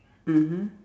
mmhmm